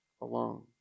alone